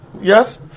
Yes